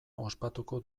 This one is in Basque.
ospatuko